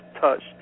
touch